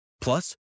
Plus